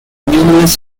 numerous